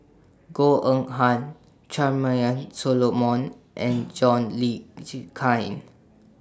Goh Eng Han Charmaine Solomon and John Le Cain Can